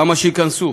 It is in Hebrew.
למה שייכנסו?